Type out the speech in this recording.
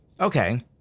okay